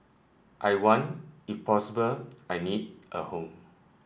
I want if possible I need a home